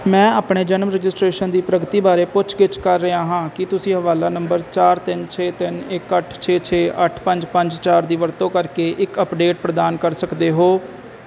ਮੈਂ ਆਪਣੇ ਜਨਮ ਰਜਿਸਟ੍ਰੇਸ਼ਨ ਦੀ ਪ੍ਰਗਤੀ ਬਾਰੇ ਪੁੱਛ ਗਿੱਛ ਕਰ ਰਿਹਾ ਹਾਂ ਕੀ ਤੁਸੀਂ ਹਵਾਲਾ ਨੰਬਰ ਚਾਰ ਤਿੰਨ ਛੇ ਤਿੰਨ ਇਕ ਅੱਠ ਛੇ ਛੇ ਅੱਠ ਪੰਜ ਪੰਜ ਚਾਰ ਦੀ ਵਰਤੋਂ ਕਰਕੇ ਇੱਕ ਅੱਪਡੇਟ ਪ੍ਰਦਾਨ ਕਰ ਸਕਦੇ ਹੋ